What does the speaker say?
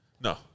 No